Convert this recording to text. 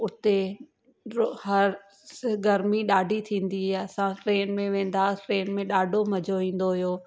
हुते ड्रो हर स गर्मी ॾाढी थींदी आहे असां ट्रेन में वेंदा हुआसीं ट्रेन में ॾाढो मज़ो ईंदो हुयो